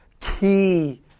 key